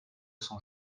son